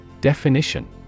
Definition